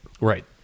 Right